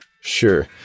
Sure